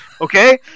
okay